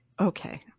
Okay